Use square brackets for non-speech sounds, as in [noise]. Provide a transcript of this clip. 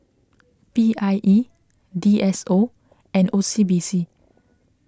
[noise] P I E D S O and O C B C